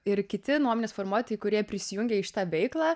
ir kiti nuomonės formuotojai kurie prisijungė į šitą veiklą